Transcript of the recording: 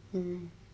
mmhmm